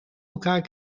elkaar